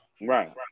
Right